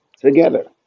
together